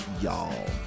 y'all